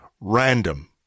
random